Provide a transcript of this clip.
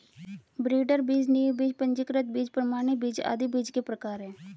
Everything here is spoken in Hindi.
ब्रीडर बीज, नींव बीज, पंजीकृत बीज, प्रमाणित बीज आदि बीज के प्रकार है